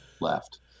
left